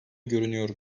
görünüyor